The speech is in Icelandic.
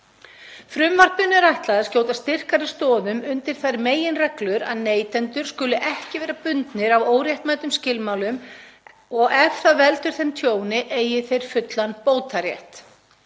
Frumvarpinu er ætlað að skjóta styrkari stoðum undir þær meginreglur að neytendur skuli ekki vera bundnir af óréttmætum skilmálum og ef það veldur þeim tjóni eigi þeir fullan bótarétt.